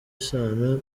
isano